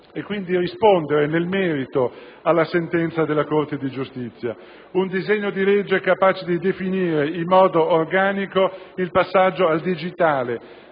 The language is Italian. e quindi rispondere nel merito alla sentenza della Corte di giustizia. Un disegno di legge capace di definire in modo organico il passaggio al digitale,